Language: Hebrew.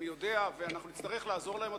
אני יודע ואנחנו נצטרך לעזור להם,